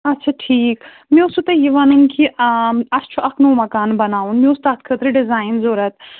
اَچھا ٹھیٖک مےٚ اوسوٕ تۄہہِ یہِ وَنُن کہِ اَسہِ چھُ اکھ نوٚو مکان بَناوُن مےٚ اوس تَتھ خٲطرٕ ڈِزایِن ضروٗرت